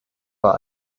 war